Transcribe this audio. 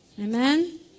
Amen